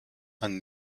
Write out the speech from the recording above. man